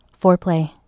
foreplay